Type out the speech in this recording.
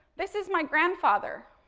this is my grandfather,